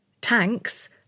tanks